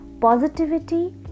positivity